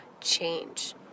change